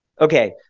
Okay